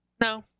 No